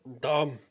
Dumb